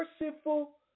merciful